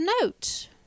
note